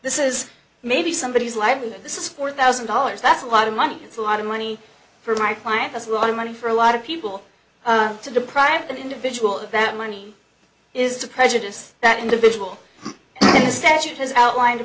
this is maybe somebody is libel this is four thousand dollars that's a lot of money it's a lot of money for my client that's a lot of money for a lot of people to deprive an individual of that money is to prejudice that individual statute has outline